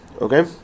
Okay